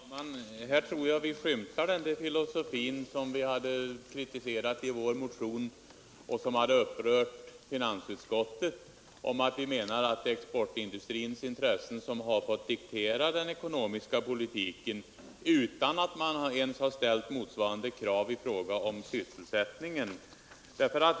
Herr talman! Här tror jag att vi skymtar den filosofi som vi kritiserat i vår motion och som upprört finansutskottet, nämligen att det är exportindustrins intressen som fått diktera den ekonomiska politiken utan att regeringen ställt krav ens i fråga om sysselsättningen.